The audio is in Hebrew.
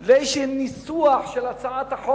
לנוסח כלשהו של הצעת החוק.